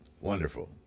Wonderful